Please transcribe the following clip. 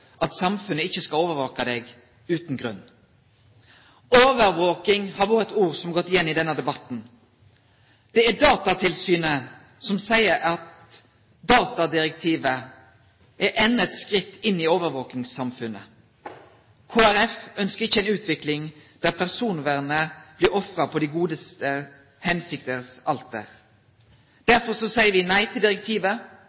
at samfunnet ikke skal overvåke en uten grunn. «Overvåking» er et ord som har gått igjen i denne debatten. Det er Datatilsynet som sier at datalagringsdirektivet er enda et skritt inn i overvåkingssamfunnet. Kristelig Folkeparti ønsker ikke en utvikling der personvernet blir ofret på de gode hensikters alter.